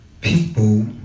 people